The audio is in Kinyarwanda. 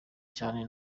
cyane